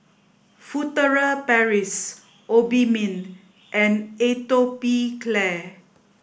Furtere Paris Obimin and Atopiclair